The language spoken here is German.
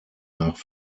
nach